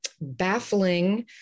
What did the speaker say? baffling